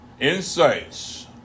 Insights